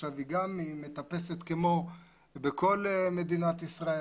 עכשיו היא גם מטפסת כמו בכל מדינת ישראל,